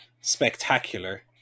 spectacular